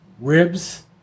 ribs